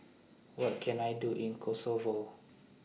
What Can I Do in Kosovo